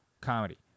comedy